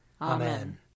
Amen